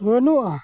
ᱵᱟᱹᱱᱩᱜᱼᱟ